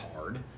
hard